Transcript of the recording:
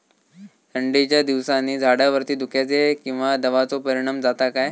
थंडीच्या दिवसानी झाडावरती धुक्याचे किंवा दवाचो परिणाम जाता काय?